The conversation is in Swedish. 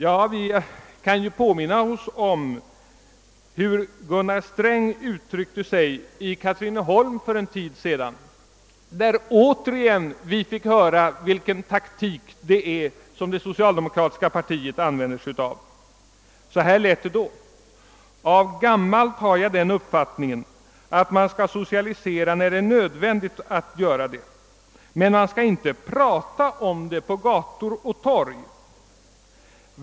Vi kan erinra oss hur Gunnar Sträng för en tid sedan uttryckte sig i Katrineholm, där vi återigen fick höra vilken taktik det är som socialdemokratin använder. Så här lät det då: >»Av gammalt har jag den uppfattningen att man skall socialisera när det är nödvändigt att göra det, men man skall inte prata om det på gator och torg.